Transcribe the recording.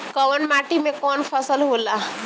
कवन माटी में कवन फसल हो ला?